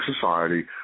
society